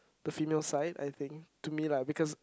the female side I think to me lah because